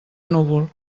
núvol